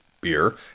beer